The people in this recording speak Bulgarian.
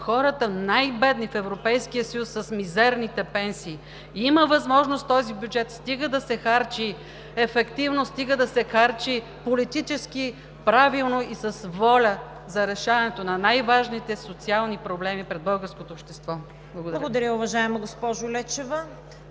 сте най-бедните хора в Европейския съюз с мизерните пенсии. Има възможност този бюджет, стига да се харчи ефективно, стига да се харчи политически правилно и с воля, за решаването на най-важните социални проблеми пред българското общество. Благодаря. ПРЕДСЕДАТЕЛ ЦВЕТА КАРАЯНЧЕВА: Благодаря, уважаема госпожо Лечева.